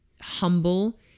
humble